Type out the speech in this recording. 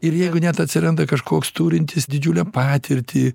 ir jeigu net atsiranda kažkoks turintis didžiulę patirtį